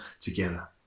together